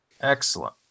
Excellent